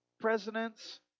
presidents